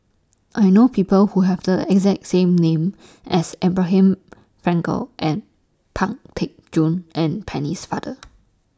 I know People Who Have The exact same name as Abraham Frankel and Pang Teck Joon and Penne's Father